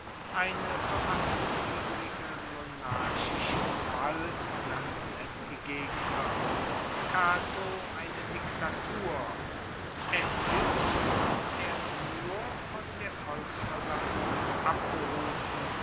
eine verfassungswidrige monarchische gewalt nannten es die gegner cato eine diktatur erhielt und er nur von der volksversammlung abberufen